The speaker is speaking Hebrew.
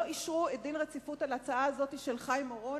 הם לא אישרו דין רציפות על ההצעה הזאת של חיים אורון,